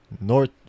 North